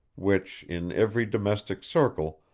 which, in every domestic circle,